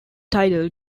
tidal